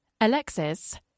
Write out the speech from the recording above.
Alexis